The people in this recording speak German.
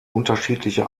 unterschiedliche